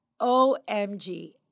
OMG